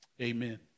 Amen